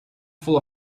full